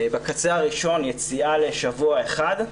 בקצה הראשון יציאה לשבוע אחד,